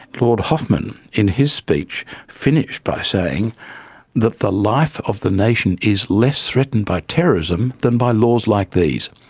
lord hoffmann in his speech finished by saying that the life of the nation is less threatened by terrorism than by laws like these.